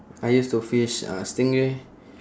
I used to fish uh stingray